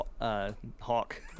Hawk